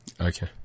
Okay